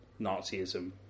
Nazism